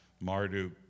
Marduk